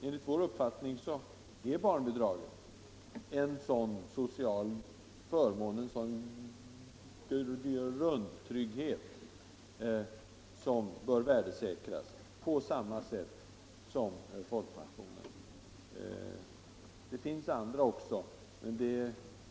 Enligt vår uppfattning är barnbidraget en sådan social förmån, en sådan grundtrygghet som bör värdesäkras på samma sätt som folkpensionen. Det finns andra sådana förmåner också.